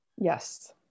Yes